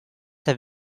have